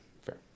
fair